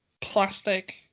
plastic